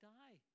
die